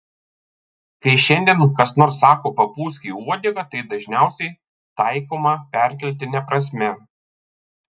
kai šiandien kas nors sako papūsk į uodegą tai dažniausiai taikoma perkeltine prasme